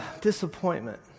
disappointment